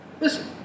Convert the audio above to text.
Listen